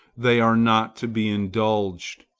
they are not to be indulged.